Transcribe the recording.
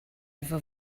efo